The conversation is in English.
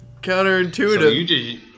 counterintuitive